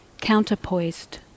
counterpoised